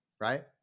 right